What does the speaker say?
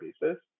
basis